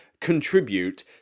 contribute